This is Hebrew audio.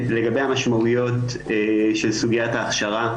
לגבי המשמעויות של סוגיית ההכשרה